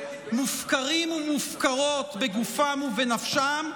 מופקרים ומופקרות בגופם ובנפשם,